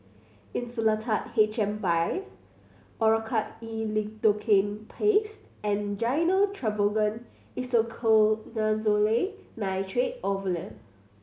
Insulatard H M Vial Oracort E Lidocaine Paste and Gyno Travogen Isoconazole Nitrate Ovule